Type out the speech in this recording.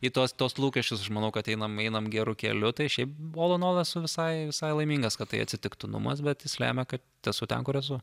į tuos tuos lūkesčius aš manau kad einam einam geru keliu tai šiaip buvau visai visai laimingas kad tai atsitiktumas bet jis lemia kad esu ten kur esu